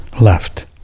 left